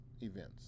events